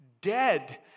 dead